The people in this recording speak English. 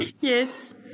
Yes